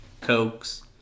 cokes